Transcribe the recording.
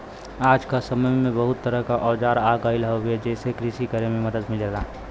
आज क समय में बहुत तरह क औजार आ गयल हउवे जेसे कृषि करे में मदद मिलला